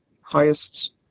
highest